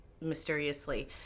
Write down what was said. mysteriously